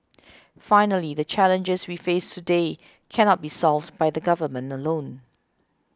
finally the challenges we face today cannot be solved by the Government alone